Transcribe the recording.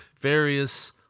Various